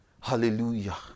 Hallelujah